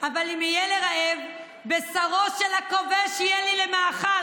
אבל אם אהיה לרעב / בשרו של הכובש יהיה לי למאכל".